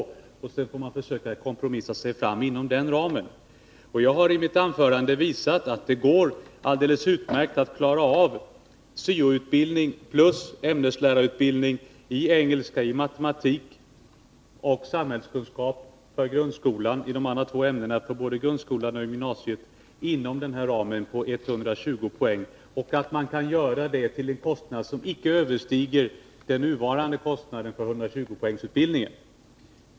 Därefter får vederbörande försöka kompromissa sig fram inom den ramen. Jag har i mitt anförande visat att det går alldeles utmärkt att klara en syo-utbildning plus ämneslärarutbildning i engelska, i matematik, i samhällskunskap för grundskola och gymnasium för de båda första ämnena inom ramen på 120 poäng. Man kan göra det till en kostnad som icke överstiger den nuvarande kostnaden för 120-poängsutbildningen.